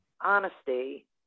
honesty